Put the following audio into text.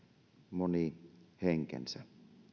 moni henkensä